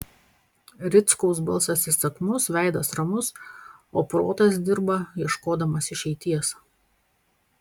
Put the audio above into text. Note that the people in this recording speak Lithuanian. rickaus balsas įsakmus veidas ramus o protas dirba ieškodamas išeities